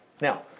Now